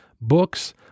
books